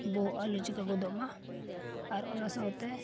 ᱵᱚᱦᱚᱜ ᱟᱞᱚ ᱪᱤᱠᱟᱹ ᱜᱚᱫᱚᱜᱼᱢᱟ ᱟᱨ ᱚᱱᱟ ᱥᱟᱶᱛᱮ